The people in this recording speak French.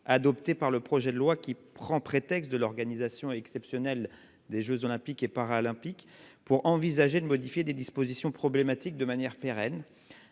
adoptée par le projet de loi qui prend prétexte de l'organisation exceptionnelle des Jeux olympiques et paralympiques pour envisager de modifier des dispositions problématique de manière pérenne.